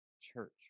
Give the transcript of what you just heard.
church